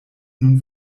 nun